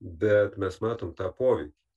bet mes matom tą poveikį